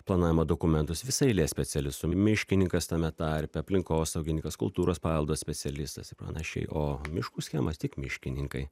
planavimo dokumentus visa eilė specialistų miškininkas tame tarpe aplinkosauginikas kultūros paveldo specialistas ir panašiai o miškų schemas tik miškininkai